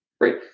Great